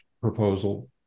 proposal